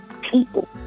people